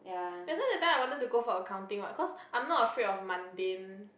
that's why that time I wanted to go for accounting what cause I'm not afraid of mundane